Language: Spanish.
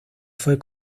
fue